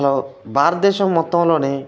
hello భారతదేశం మొత్తంలోనే